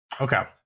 Okay